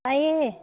ꯇꯥꯏꯌꯦ